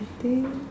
I think